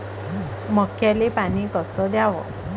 मक्याले पानी कस द्याव?